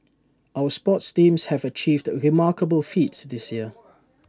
our sports teams have achieved remarkable feats this year